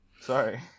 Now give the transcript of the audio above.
Sorry